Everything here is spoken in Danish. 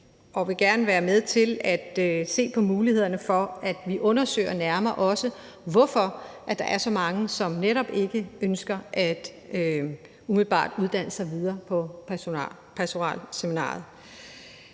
vi vil gerne være med til at se på mulighederne for, at vi også undersøger nærmere, hvorfor der er så mange, som netop ikke ønsker umiddelbart at uddanne sig videre på pastoralseminariet.